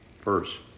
first